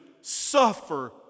suffer